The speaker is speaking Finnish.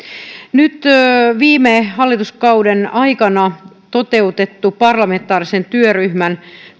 viime hallituskauden aikana toteutettu parlamentaarisen työryhmän